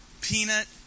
peanut